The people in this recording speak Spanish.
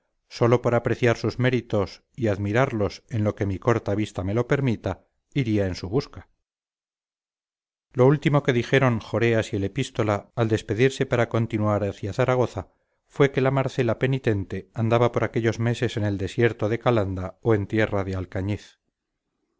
sólo por apreciar sus méritos y admirarlos en lo que mi corta vista me lo permita iría en su busca lo último que dijeron joreas y el epístola al despedirse para continuar hacia zaragoza fue que la marcela penitente andaba por aquellos meses en el desierto de calanda o en tierra de alcañiz